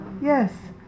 Yes